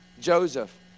joseph